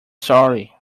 sorry